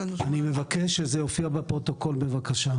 אני מבקש שזה יופיע בפרוטוקול בבקשה.